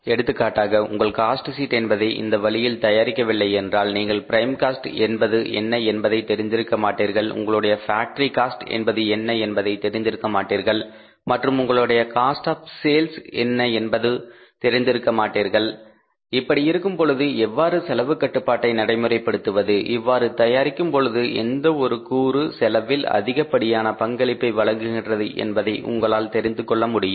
எடுத்துக்காட்டாக உங்கள் cost sheet என்பதை இந்த வழியில் தயாரிக்கவில்லையென்றால் நீங்கள் ப்ரைம் காஸ்ட் என்பது என்ன என்பதை தெரிந்து இருக்க மாட்டீர்கள் உங்களுடைய ஃபேக்டரி காஸ்ட் என்பது என்ன என்பதை தெரிந்திருக்கமாட்டீர்கள் மற்றும் உங்களுடைய காஸ்ட் ஆப் சேல்ஸ் என்ன என்பதை தெரிந்திருக்கமாட்டீர்கள் இப்படியிருக்கும் பொழுது எவ்வாறு செலவு கட்டுப்பாட்டை நடைமுறைபடுத்துவது இவ்வாறு தயாரிக்கும் பொழுது எந்த ஒரு கூறு செலவில் அதிகமான பங்களிப்பை வழங்குகின்றது என்பதை உங்களால் தெரிந்துகொள்ள முடியும்